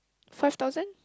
five thousand